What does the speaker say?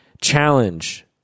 challenge